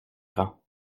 rangs